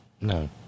no